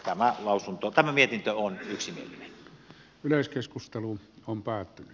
tämä mietintö on yksimielinen